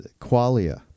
qualia